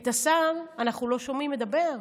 את השר אנחנו לא שומעים מדבר.